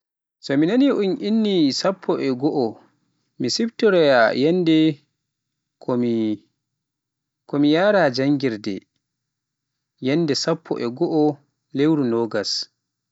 So mi nani un inni ni sappo e go'o, mi siftoroya yannde ko mira janngirde, yannde sappo e goo, lewru nogas.